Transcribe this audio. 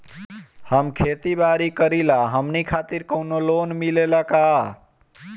हम खेती बारी करिला हमनि खातिर कउनो लोन मिले ला का?